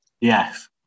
Yes